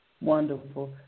Wonderful